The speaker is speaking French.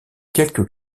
quelques